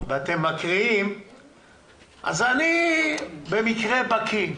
בתוספת לתקנות העיקריות, בכותרת,